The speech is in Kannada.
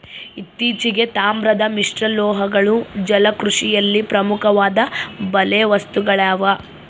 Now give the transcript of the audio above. ಇತ್ತೀಚೆಗೆ, ತಾಮ್ರದ ಮಿಶ್ರಲೋಹಗಳು ಜಲಕೃಷಿಯಲ್ಲಿ ಪ್ರಮುಖವಾದ ಬಲೆ ವಸ್ತುಗಳಾಗ್ಯವ